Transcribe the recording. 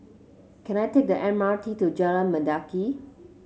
can I take the M R T to Jalan Mendaki